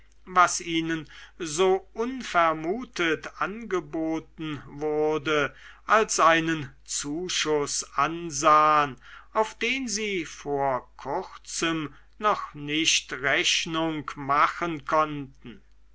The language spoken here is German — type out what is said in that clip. was ihnen so unvermutet angeboten wurde als einen zuschuß ansahen auf den sie vor kurzem noch nicht rechnung machen konnten